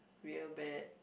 real bad